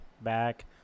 back